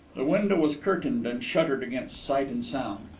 the window was curtained and shuttered against sight and sound,